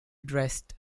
dressed